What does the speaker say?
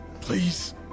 please